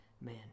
man